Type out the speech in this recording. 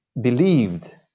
believed